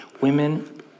Women